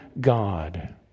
God